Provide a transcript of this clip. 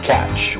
Catch